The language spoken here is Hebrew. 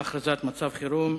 הכרזת מצב חירום.